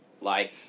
life